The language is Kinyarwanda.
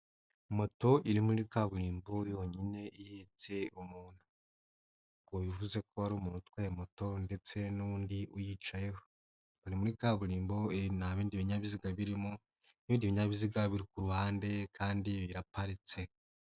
Moto iri muri kaburimbo yonyine ihetse umuntu. Ubwo bivuze ko hari umuntu utwaye moto ndetse n'undi uyicayeho. Ni muri kaburimbo nta bindi binyabiziga birimo, ibindi binyabiziga biri kuruhande kandi biraparitse.